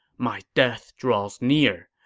my death draws near.